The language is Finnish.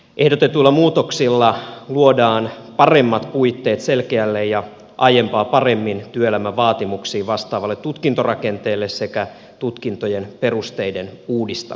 ehdotetuilla muutoksilla luodaan paremmat puitteet selkeälle ja aiempaa paremmin työelämän vaatimuksiin vastaavalle tutkintorakenteelle sekä tutkintojen perusteiden uudistamiselle